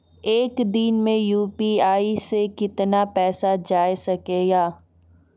एक दिन मे यु.पी.आई से कितना पैसा जाय सके या?